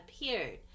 appeared